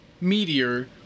meteor